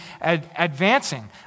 advancing